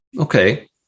Okay